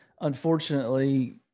unfortunately